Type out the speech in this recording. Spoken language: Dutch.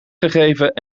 gegeven